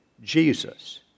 Jesus